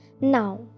Now